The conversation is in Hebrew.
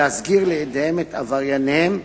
להסגיר לידיהן אל עברייניהן,